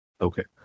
Okay